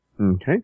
Okay